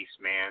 man